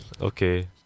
Okay